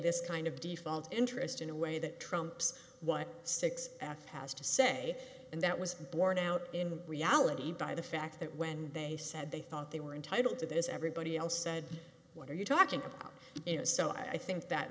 this kind of default interest in a way that trumps what six f has to say and that was borne out in reality by the fact that when they said they thought they were entitled to this everybody else said what are you talking about you know so i think that